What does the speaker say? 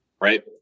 right